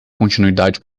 continuidade